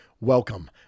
Welcome